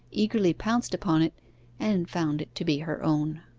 eagerly pounced upon it and found it to be her own.